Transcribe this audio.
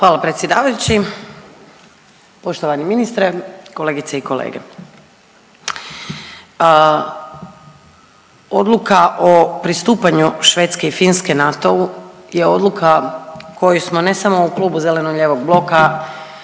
Hvala predsjedavajući, poštovani ministre, kolegice i kolege. Odluka o pristupanju Švedske i Finske NATO-u je odluka koju smo, ne samo u Klubu zeleno-lijevog bloka